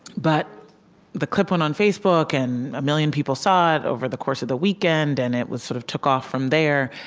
but the clip went on facebook, and a million people saw it over the course of the weekend, and it sort of took off from there.